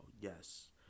yes